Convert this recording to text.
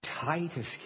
Titus